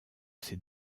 ces